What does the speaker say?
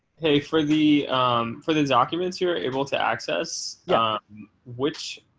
hey for the um for the documents you're able to access which